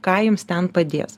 ką jums ten padės